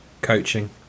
coaching